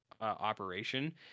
operation